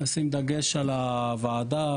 לשים דגש על הוועדה,